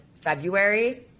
February